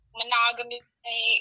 monogamy